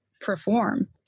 perform